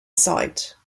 sight